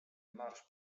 marsz